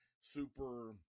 super